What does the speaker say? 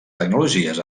tecnologies